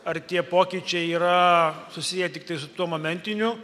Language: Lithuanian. ar tie pokyčiai yra susiję tiktai su tuo momentiniu